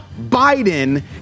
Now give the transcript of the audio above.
Biden